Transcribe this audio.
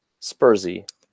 Spursy